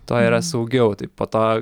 tuo yra saugiau tai po to